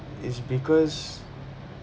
it's because